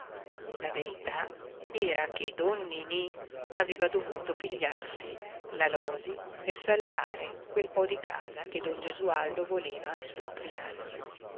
la verità era che don ninì aveva dovuto pigliarsi l'alòsi per salvare quel po di casa che don gesualdo voleva espropriargli è